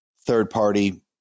third-party